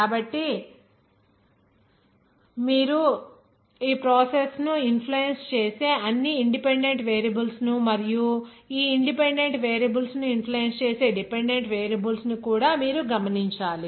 కాబట్టి మీరు ప్రాసెస్ ను ఇన్ఫ్లుయెన్స్ చేసే అన్ని ఇన్ డిపెండెంట్ వేరియబుల్స్ ను మరియు ఈ ఇన్ డిపెండెంట్ వేరియబుల్స్ ను ఇన్ఫ్లుయెన్స్ చేసే డిపెండెంట్ వేరియబుల్స్ ను కూడా మీరు గమనించాలి